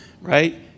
Right